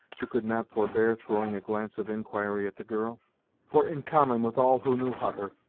who could not forbear throwing a glance of inquiry at the girl for in common with all who knew hutter,